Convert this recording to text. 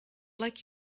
like